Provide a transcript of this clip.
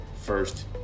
first